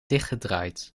dichtgedraaid